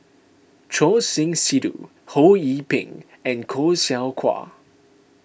Choor Singh Sidhu Ho Yee Ping and Khoo Seow Hwa